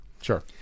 Sure